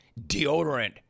deodorant